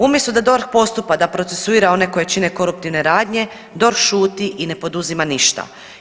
Umjesto da DORH postupa, da procesuira one koji čine koruptivne radnje, DORH šuti i ne poduzima ništa.